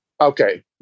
Okay